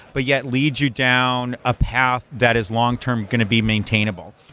but yet lead you down a path that is long term going to be maintainable.